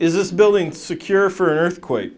is this building secure for an earthquake